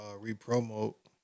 re-promote